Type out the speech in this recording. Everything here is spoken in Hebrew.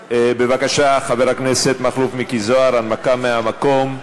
בבקשה, חבר הכנסת מכלוף מיקי זוהר, הנמקה מהמקום.